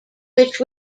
which